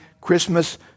Christmas